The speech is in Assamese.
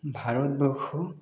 ভাৰতবৰ্ষ